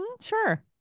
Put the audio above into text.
sure